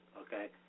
okay